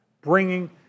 bringing